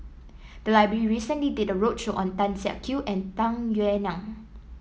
the library recently did a roadshow on Tan Siak Kew and Tung Yue Nang